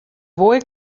boy